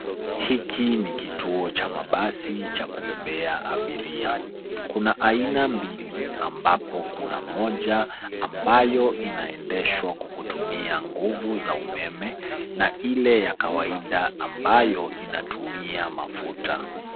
Hiki ni kituo cha mabasi cha kubebea abiria. Kuna aina mbili ambapo kuna moja ambayo, inaendeshwa kwa kutumia nguvu za umeme na ile ya kawaida ambayo inatumia mafuta.